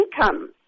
income